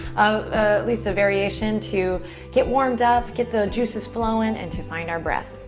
ah least, a variation, to get warmed up, get the juices flowing, and to find our breath.